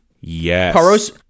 Yes